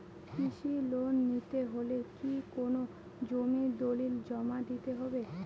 কৃষি লোন নিতে হলে কি কোনো জমির দলিল জমা দিতে হবে?